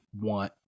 want